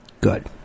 Good